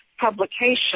publication